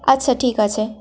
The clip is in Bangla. আচ্ছা ঠিক আছে